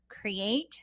create